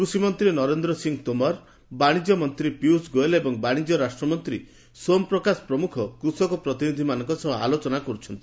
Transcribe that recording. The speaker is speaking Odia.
କୃଷିମନ୍ତ୍ରୀ ନରେନ୍ଦ୍ର ସିଂହ ତୋମର ବାଣିଜ୍ୟ ମନ୍ତ୍ରୀ ପିୟୁଷ ଗୋଏଲ ଏବଂ ବାଶିଜ୍ୟ ରାଷ୍ଟ୍ରମନ୍ତ୍ରୀ ସୋମ ପ୍ରକାଶ କୃଷକ ପ୍ରତିନିଧିମାନଙ୍କ ସହ ଆଲୋଚନା କରୁଛନ୍ତି